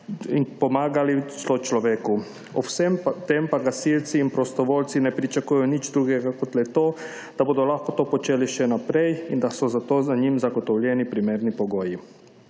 in pomagali sočloveku. Ob vsem tem pa gasilci in prostovoljci ne pričakujejo nič drugega, kot le to, da bodo lahko to počeli še naprej in da so za to njim zagotovljeni primerni pogoji.